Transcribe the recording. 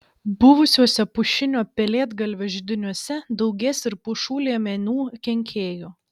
buvusiuose pušinio pelėdgalvio židiniuose daugės ir pušų liemenų kenkėjų